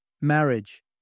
Marriage